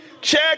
Check